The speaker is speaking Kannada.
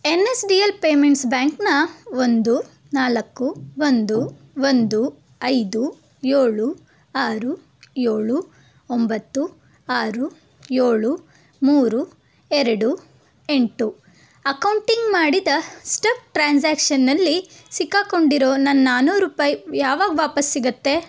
N S D L payments ಬ್ಯಾಂಕ್ನ ಒಂದು ನಾಲ್ಕು ಒಂದು ಒಂದು ಐದು ಏಳು ಆರು ಏಳು ಒಂಬತ್ತು ಆರು ಏಳು ಮೂರು ಎರಡು ಎಂಟು ಅಕೌಂಟಿಂಗ್ ಮಾಡಿದ ಸ್ಟಕ್ ಟ್ರಾನ್ಸ್ಯಾಕ್ಷನ್ನಲ್ಲಿ ಸಿಕ್ಕಾಕೊಂಡಿರೋ ನನ್ನ ನಾನ್ನೂರು ರೂಪಾಯಿ ಯಾವಾಗ ವಾಪಸ್ ಸಿಗುತ್ತೆ